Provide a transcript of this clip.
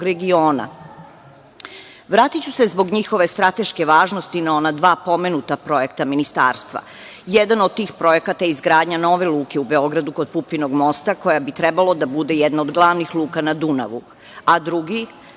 regiona. Vratiću se zbog njihove strateške važnosti na ona dva pomenuta projekta Ministarstva. Jedan od tih projekata je izgradnja nove luke u Beogradu, kod Pupinovog mosta, koja bi trebalo da bude jedna od glavnih luka na Dunavu, a drugi,